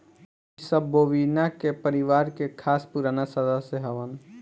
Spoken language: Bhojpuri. इ सब बोविना के परिवार के खास पुराना सदस्य हवन